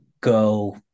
go